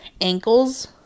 ankles